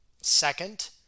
Second